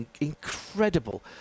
incredible